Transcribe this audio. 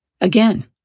Again